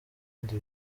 bindi